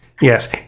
yes